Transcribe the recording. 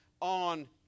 on